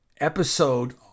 episode